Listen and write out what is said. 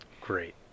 great